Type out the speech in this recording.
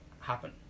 happen